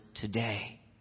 today